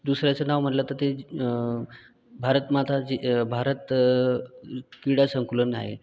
दुसऱ्याचं नाव म्हटलं तर ते ज भारतमाता ज भारत क्रीडा संकुलन आहे